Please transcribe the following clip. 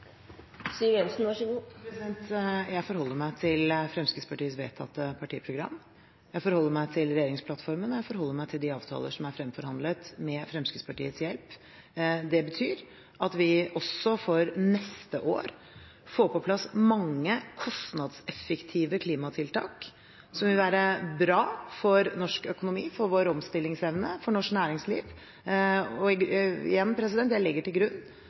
menneskeskapte klimaendringene. Så mitt spørsmål til finansministeren er: Hva er vitsen med en effektiv klimapolitikk hvis man ikke tror noe på at de farlige klimaendringene er menneskeskapte i første omgang? Jeg forholder meg til Fremskrittspartiets vedtatte partiprogram, jeg forholder meg til regjeringsplattformen, og jeg forholder meg til de avtaler som er fremforhandlet med Fremskrittspartiets hjelp. Det betyr at vi også for neste år får på plass mange kostnadseffektive klimatiltak som vil være bra for norsk